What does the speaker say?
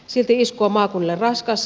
silti isku on maakunnille raskas